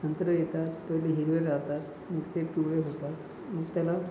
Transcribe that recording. संत्री येतात पहिले हिरवे राहतात मग ते पिवळे होतात मग त्याला